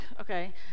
okay